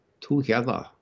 together